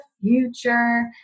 future